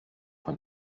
beim